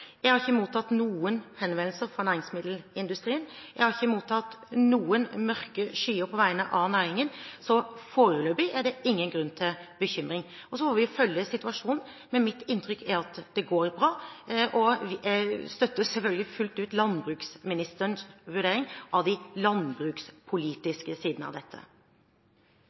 Jeg har ikke mottatt noen henvendelser fra næringsmiddelindustrien, jeg har ikke mottatt noen mørke skyer på vegne av næringen, så foreløpig er det ingen grunn til bekymring. Så får vi følge situasjonen, men mitt inntrykk er at det går bra, og jeg støtter selvfølgelig fullt ut landbruksministerens vurdering av de landbrukspolitiske sidene av dette.